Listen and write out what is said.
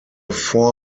four